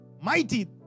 Mighty